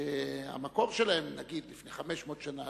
שהמקור שלהן, נניח לפחות 500 שנה,